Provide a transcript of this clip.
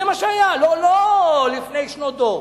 זה מה שהיה, לא לפני שנות דור.